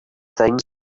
things